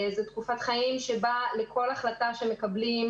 זה תקופת חיים שבה לכל החלטה שמקבלים: